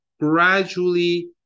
gradually